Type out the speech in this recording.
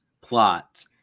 plot